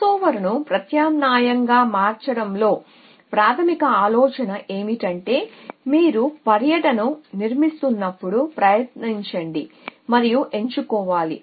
క్రాస్ఓవర్ను ప్రత్యామ్నాయంగా మార్చడంలో ప్రాథమిక ఆలోచన ఏమిటంటే మీరు పర్యటనను నిర్మిస్తున్నప్పుడు ప్రయత్నించండి మరియు ఎంచుకోవాలి